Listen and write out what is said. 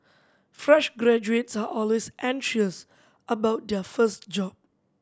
fresh graduates are always anxious about their first job